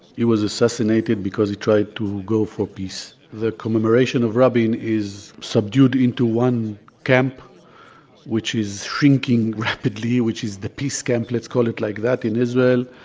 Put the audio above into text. he was assassinated because he tried to go for peace. the commemoration of rabin is subdued into one camp which is shrinking rapidly which is the peace camp let's call it like that, that, in israel.